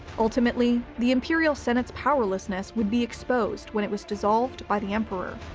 ultimately, the imperial senate's powerlessness would be exposed when it was dissolved by the emperor.